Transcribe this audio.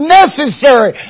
necessary